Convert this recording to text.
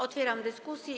Otwieram dyskusję.